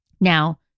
Now